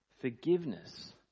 forgiveness